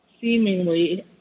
seemingly